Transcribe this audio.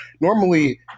normally